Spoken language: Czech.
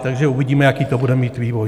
Takže uvidíme, jaký to bude mít vývoj.